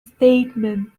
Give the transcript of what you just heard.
statement